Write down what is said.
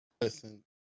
Listen